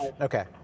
Okay